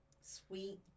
sweet